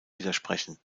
widersprechen